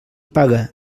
paga